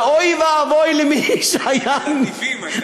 ואוי ואבוי למי שהיה, ניבים היו לה.